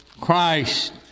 Christ